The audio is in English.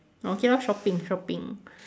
okay lor shopping shopping